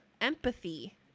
empathy